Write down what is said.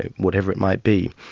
whatever it might be,